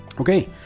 Okay